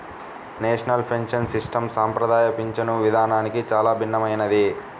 national pension system సంప్రదాయ పింఛను విధానానికి చాలా భిన్నమైనది